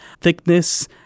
thickness